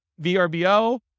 VRBO